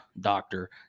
doctor